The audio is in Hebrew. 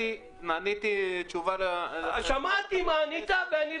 עניתי תשובה לחבר הכנסת פינדרוס.